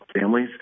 families